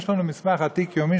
יש לנו מסמך עתיק יומין,